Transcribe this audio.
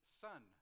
son